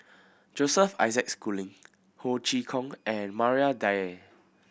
Joseph Isaac Schooling Ho Chee Kong and Maria Dyer